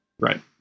Right